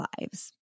lives